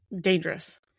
Dangerous